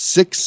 Six